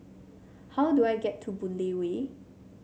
how do I get to Boon Lay Way